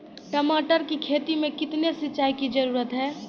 टमाटर की खेती मे कितने सिंचाई की जरूरत हैं?